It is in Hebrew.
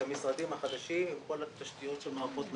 המשרדים החדשים עם כל התשתיות של מערכות מידע.